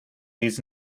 needs